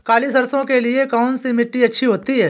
काली सरसो के लिए कौन सी मिट्टी अच्छी होती है?